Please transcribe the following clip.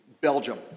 Belgium